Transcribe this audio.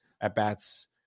at-bats